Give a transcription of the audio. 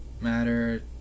Matter